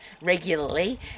regularly